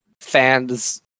fans